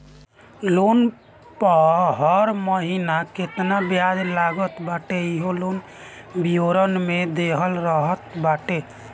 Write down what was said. loan पअ हर महिना केतना बियाज लागत बाटे इहो लोन विवरण में देहल रहत बाटे